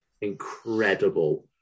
incredible